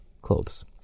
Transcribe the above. clothes